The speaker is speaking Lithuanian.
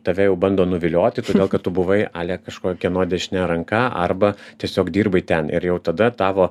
tave jau bando nuvilioti todėl kad tu buvai ale kažkuo kieno dešine ranka arba tiesiog dirbai ten ir jau tada tavo